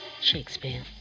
Shakespeare